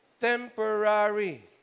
temporary